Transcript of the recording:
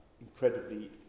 incredibly